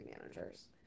managers